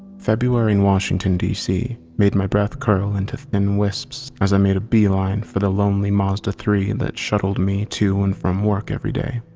february in washington dc made my breath curl into thin wisps as i made a beeline for the lonely mazda three that shuttled me to and from work every day.